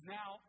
now